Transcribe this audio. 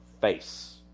face